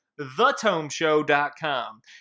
thetomeshow.com